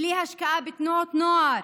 בלי השקעה בתנועות נוער,